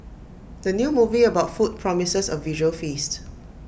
the new movie about food promises A visual feast